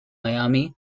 miami